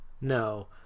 no